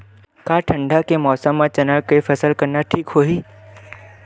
का ठंडा के मौसम म चना के फसल करना ठीक होही?